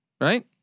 right